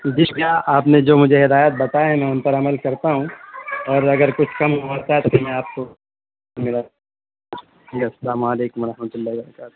جی شکریہ آپ نے جو مجھے ہدایات بتائے ہیں میں ان پر عمل کرتا ہوں اور اگر کچھ کم ہوتا ہے تو پھر میں آپ کو میرا جی السلام علیکم ورحمتہ اللہ و برکاتہ